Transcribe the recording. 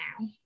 now